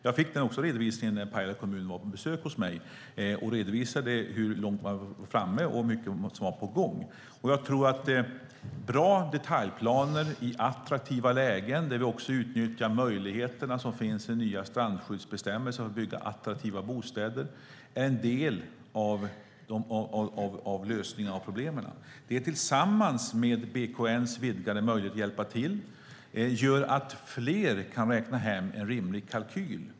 Jag fick detta redovisat för mig när Pajala kommun var på besök hos mig och visade hur långt fram man var och hur mycket man har på gång. Bra detaljplaner i attraktiva lägen där man också utnyttjar möjligheterna som finns i den nya strandskyddsbestämmelsen för att bygga attraktiva bostäder är en del av lösningen på problemet. Det tillsammans med BKN:s vidgade möjlighet att hjälpa till gör att fler kan räkna hem en rimlig kalkyl.